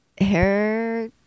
hair